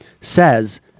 says